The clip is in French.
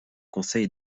conseil